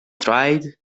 tried